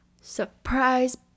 surprise